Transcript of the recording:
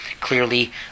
clearly